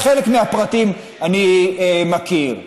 חלק מהפרטים אני מכיר.